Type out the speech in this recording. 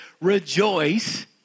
rejoice